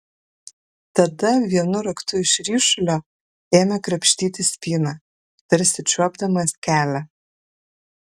tada vienu raktu iš ryšulio ėmė krapštyti spyną tarsi čiuopdamas kelią